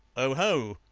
oho!